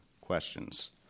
questions